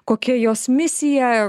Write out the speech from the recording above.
kokia jos misija